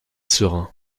serein